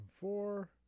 four